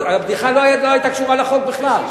הבדיחה לא היתה קשורה לחוק בכלל.